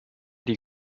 die